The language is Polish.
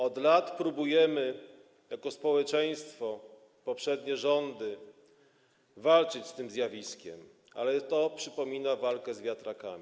Od lat próbujemy jako społeczeństwo, poprzednie rządy, walczyć z tym zjawiskiem, ale to przypomina walkę z wiatrakami.